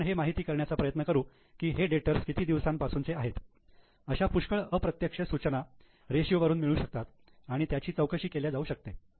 तर आपण हे माहिती करण्याचा प्रयत्न करू की हे डेटर्स किती दिवसांपासूनचे आहेत अश्या पुष्कळ अप्रत्यक्ष सूचना रेषीयो वरून मिळू शकतात आणि त्यांची चौकशी केल्या जाऊ शकते